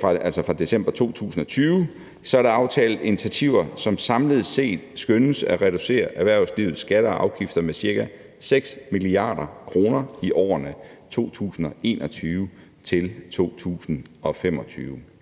fra december 2020. Der er aftalt initiativer, som samlet set skønnes at reducere erhvervslivets skatter og afgifter med ca. 6 mia. kr. i årene 2021-2025.